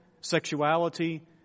sexuality